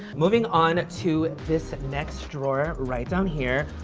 moving on to this next drawer right down here.